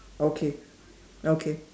okay okay